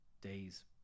days